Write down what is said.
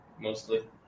mostly